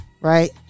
Right